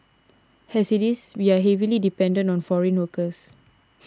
has it is we are heavily dependent on foreign workers